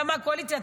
אתה מהקואליציה,